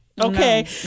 okay